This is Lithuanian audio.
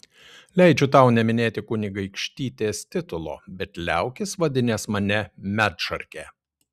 leidžiu tau neminėti kunigaikštytės titulo bet liaukis vadinęs mane medšarke